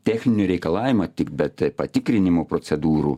techninių reikalavimą tik bet patikrinimo procedūrų